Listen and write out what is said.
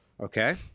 okay